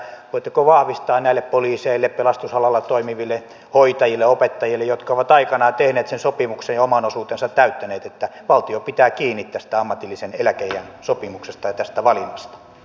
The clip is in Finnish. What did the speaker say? voitteko vahvistaa näille poliiseille pelastusalalla toimiville hoitajille opettajille jotka ovat aikoinaan tehneet sen sopimuksen ja oman osuutensa täyttäneet että valtio pitää kiinni tästä ammatillisen eläkeiän sopimuksesta ja tästä valinnasta